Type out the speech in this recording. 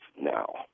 now